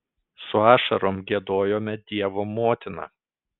su ašarom giedojome dievo motiną